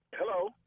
hello